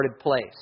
place